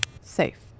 Safe